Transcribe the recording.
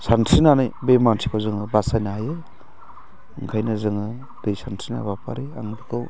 सानस्रिनानै बे मानसिफोरजोंनो बासायनो हायो ओंखायनो जोङो दै सानस्रिनाय हाबाफारि आं बेखौ